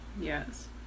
Yes